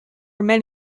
over